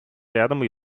рядом